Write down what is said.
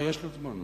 יש עוד זמן,